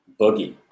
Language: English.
boogie